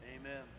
Amen